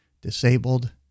disabled